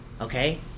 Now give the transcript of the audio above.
okay